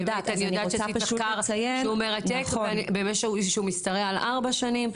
את עשית מחקר שהוא מרתק ושהוא משתרע על ארבע שנים.